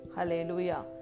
Hallelujah